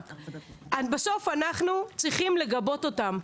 בסוף אנחנו צריכים לגבות אותם.